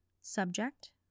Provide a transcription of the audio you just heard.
Subject